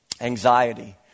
anxiety